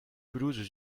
pelouses